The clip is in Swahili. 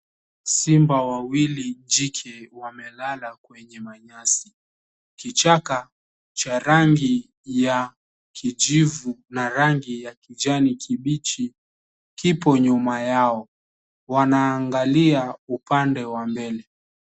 Simba wawili jike wamelala kwenye manyasi. Kichaka cha rangi ya kijivu na rangi ya kijani kibichi kipo nyuma yao. Wanaangalia upande wa mbele.